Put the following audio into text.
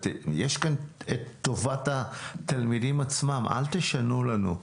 יש כאן את טובת התלמידים עצמם, אל תשנו לנו.